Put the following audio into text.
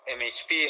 mhp